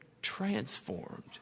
transformed